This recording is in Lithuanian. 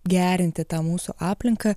gerinti tą mūsų aplinką